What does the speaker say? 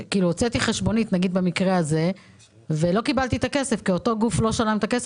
שהוצאתי חשבונית ולא קיבלתי את הכסף כי אותו גוף לא שילם את הכסף,